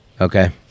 okay